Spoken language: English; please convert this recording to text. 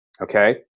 okay